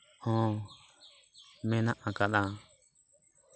ᱦᱚᱸ ᱢᱮᱱᱟᱜ ᱟᱠᱟᱫᱟ